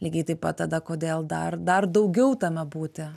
lygiai taip pat tada kodėl dar dar daugiau tame būti